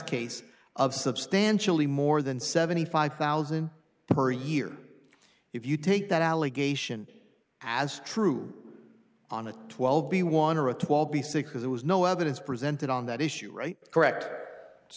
case of substantially more than seventy five thousand per year if you take that allegation as true on a twelve b one or a twelve be sick because it was no evidence presented on that issue right correct so